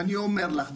ואני אומר לך,